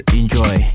enjoy